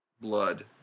blood